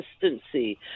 consistency